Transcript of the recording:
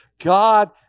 God